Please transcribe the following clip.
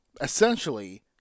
essentially